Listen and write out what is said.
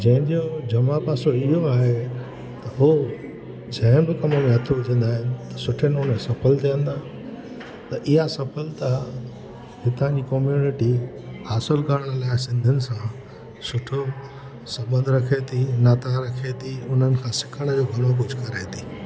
जंहिंजो जमा पासो इहो आहे त उहो जंहिं बि कमु में हथु विझंदा आहिनि त सुठे नमूने सफ़ल थियनि था त इहा सफ़लता हितां जी कॉम्यूनिटी हासिल करण लाइ असां दिलि सां सुठो सबंध रखे थी नाता रखे थि उन्हनि खां सिखण जो भलो कुझु कराए थी